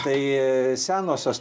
tai senosios